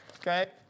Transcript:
Okay